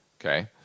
Okay